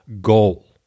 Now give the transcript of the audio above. goal